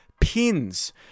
pins